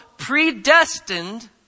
predestined